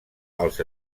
els